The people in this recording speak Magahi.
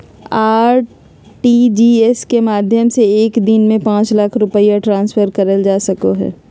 आर.टी.जी.एस के माध्यम से एक दिन में पांच लाख रुपया ट्रांसफर करल जा सको हय